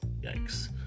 yikes